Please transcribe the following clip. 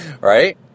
right